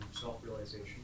self-realization